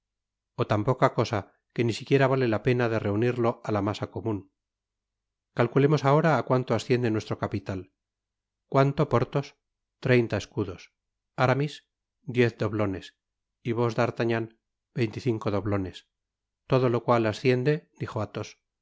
o tan poca cosa que ni siquiera vale la pena de reunirlo á la masa comun i i w i calculemos ahora á cuanto asciende nuestro capital cuánto portóos treintaescudos nw i aramis diez doblones y vos d'artagnan veinticinco doblones todo lo cual asciende dijo athos a